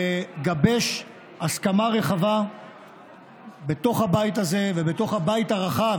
לגבש הסכמה רחבה בתוך הבית הזה ובתוך הבית הרחב,